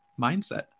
mindset